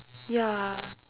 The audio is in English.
ya